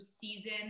season